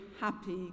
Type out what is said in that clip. happy